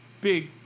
big